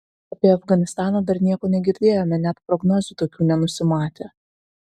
apie afganistaną dar nieko negirdėjome net prognozių tokių nenusimatė